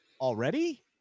already